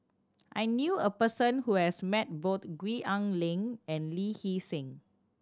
I knew a person who has met both Gwee Ah Leng and Lee Hee Seng